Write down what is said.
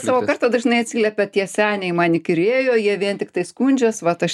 savo kartą dažnai atsiliepia tie seniai man įkyrėjo jie vien tiktai skundžias vat aš